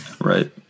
Right